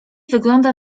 wygląda